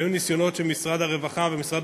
והיו ניסיונות של משרד הרווחה ומשרד